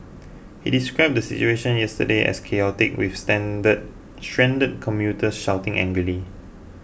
he described the situation yesterday as chaotic with standard stranded commuters shouting angrily